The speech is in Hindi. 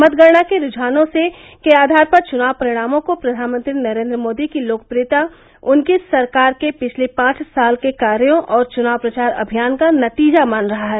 मतगणना के रुझानों के आधार पर चुनाव परिणामों को प्रधानमंत्री नरेंद्र मोदी की लोकप्रियता उनकी सरकार के पिछले पांच साल के कार्यो और चुनाव प्रचार अभियान का नतीजा माना जा रहा है